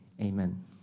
amen